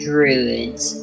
Druids